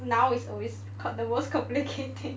now is always called the most complicating